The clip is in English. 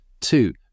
Two